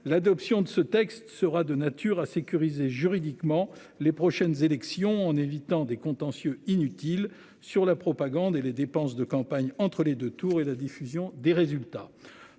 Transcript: l'adoption de ce texte sera de nature à sécuriser juridiquement les prochaines élections en évitant des contentieux inutile sur la propagande et les dépenses de campagne entre les 2 tours et la diffusion des résultats